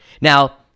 Now